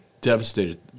Devastated